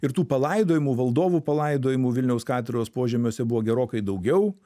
ir tų palaidojimų valdovų palaidojimų vilniaus katedros požemiuose buvo gerokai daugiau